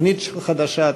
תוכנית חדשה,